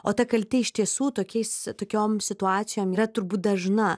o ta kaltė iš tiesų tokiais tokiom situacijom yra turbūt dažna